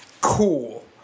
cool